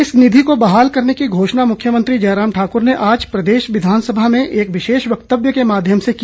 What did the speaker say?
इस निधि को बहाल करने की घोषणा मुख्यमंत्री जयराम ठाक्र ने आज प्रदेश विधानसभा में एक विशेष वक्तव्य के माध्यम से की